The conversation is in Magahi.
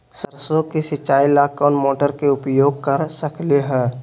सरसों के सिचाई ला कोंन मोटर के उपयोग कर सकली ह?